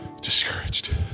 discouraged